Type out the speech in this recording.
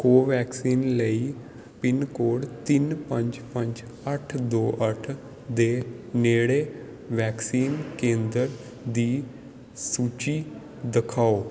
ਕੋਵੈਕਸੀਨ ਲਈ ਪਿੰਨਕੋਡ ਤਿੰਨ ਪੰਜ ਪੰਜ ਅੱਠ ਦੋ ਅੱਠ ਦੇ ਨੇੜੇ ਵੈਕਸੀਨ ਕੇਂਦਰ ਦੀ ਸੂਚੀ ਦਖਾਓ